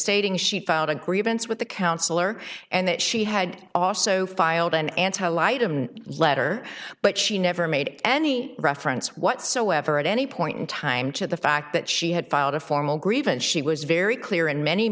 stating she filed a grievance with the counselor and that she had also filed an anti litum letter but she never made any reference whatsoever at any point in time to the fact that she had filed a formal grievance she was very clear and many